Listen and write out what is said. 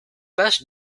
best